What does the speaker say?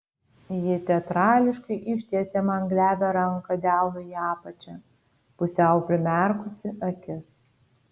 ji teatrališkai ištiesė man glebią ranką delnu į apačią pusiau primerkusi akis